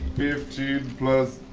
fifteen plus.